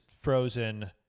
frozen